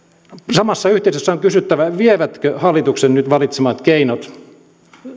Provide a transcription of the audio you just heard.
samassa yhteydessä on kysyttävä vievätkö hallituksen nyt valitsemat keinot